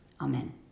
Amen